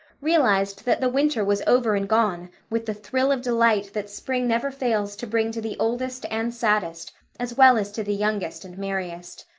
realized that the winter was over and gone with the thrill of delight that spring never fails to bring to the oldest and saddest as well as to the youngest and merriest.